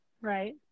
right